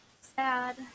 sad